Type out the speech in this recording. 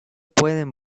pueden